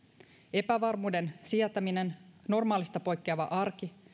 epävarmuuden sietäminen normaalista poikkeava arki